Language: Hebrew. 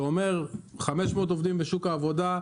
זה אומר 500 עובדים בשוק העבודה,